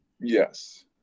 Yes